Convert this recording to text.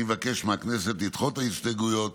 אני מבקש מהכנסת לדחות את ההסתייגויות